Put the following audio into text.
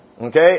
Okay